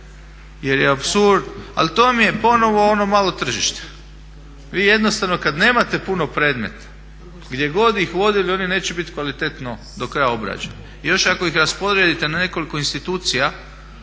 jer je apsurd, ali to vam je ponovo ono malo tržište. Vi jednostavno kad nemate puno predmeta, gdje god ih vodili oni neće biti kvalitetno do kraja obrađeni. I još ako ih rasporedite na nekoliko institucija